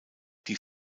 die